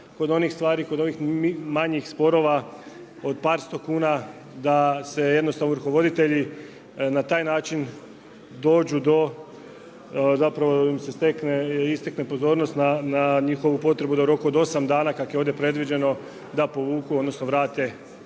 je bitna kod onih manjih sporova od par sto kuna da se jednostavno ovrhovoditelji na taj način dođu do zapravo da im se istakne pozornost na njihovu potrebu da u roku od osam dana kako je ovdje predviđeno da povuku odnosno vrate